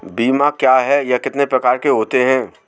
बीमा क्या है यह कितने प्रकार के होते हैं?